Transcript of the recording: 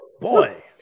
boy